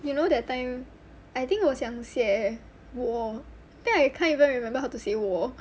you know that time I think 我想写我 then I can't even remember how to 写我